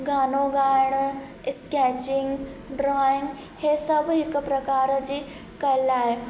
गानो ॻाइणु sketching drawing इहे सभु हिकु प्रकार जी कला आहे